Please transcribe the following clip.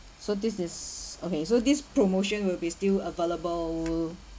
so this this okay so this promotion will be still available